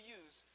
use